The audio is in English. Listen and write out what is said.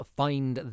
find